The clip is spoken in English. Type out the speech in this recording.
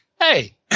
Hey